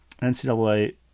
NCAA